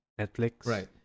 Netflix